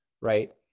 Right